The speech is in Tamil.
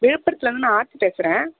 விழுப்புரத்துலேந்து நான் ஆர்த்தி பேசுகிறேன்